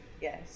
Yes